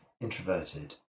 introverted